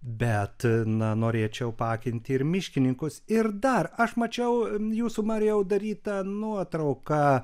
bet na norėčiau paakinti ir miškininkus ir dar aš mačiau jūsų marijau darytą nuotrauką